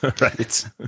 Right